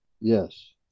yes